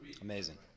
amazing